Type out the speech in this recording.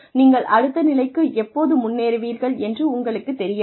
நீங்கள் அடுத்த நிலைக்கு எப்போது முன்னேறுவீர்கள் என்று உங்களுக்கு தெரியாது